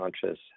conscious